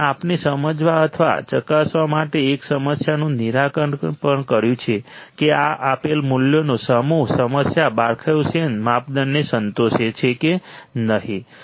અને આપણે સમજવા અથવા ચકાસવા માટે એક સમસ્યાનું નિરાકરણ પણ કર્યું છે કે શું આપેલ મૂલ્યોનો સમૂહ સમસ્યા બરખાહુસેન માપદંડને સંતોષે છે કે નહીં